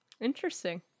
interesting